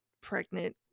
pregnant